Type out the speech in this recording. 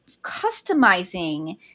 customizing